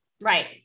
Right